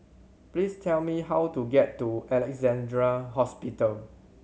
please tell me how to get to Alexandra Hospital